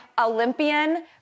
Olympian